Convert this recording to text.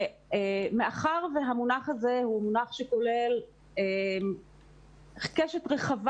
מאחר שהמונח הזה הוא מונח שכולל קשת רחבה